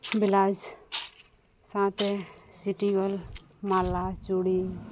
blouse ᱥᱟᱶᱛᱮ ᱥᱤᱴᱤ gold ᱢᱟᱞᱟ ᱪᱩᱲᱤ